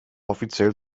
offiziell